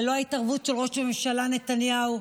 ללא ההתערבות של ראש הממשלה נתניהו,